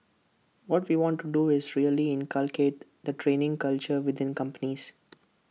what we want to do is really inculcate the training culture within companies